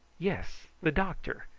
yes, the doctor.